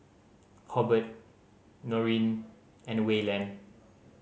Hobert Norene and Wayland